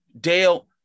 Dale